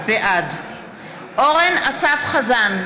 בעד אורן אסף חזן,